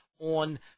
on